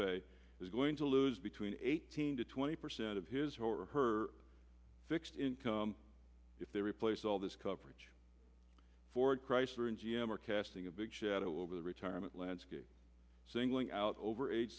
they're going to lose between eighteen to twenty percent of his horror her fixed income if they replace all this coverage ford chrysler and g m are casting a big shadow over the retirement landscape singling out over age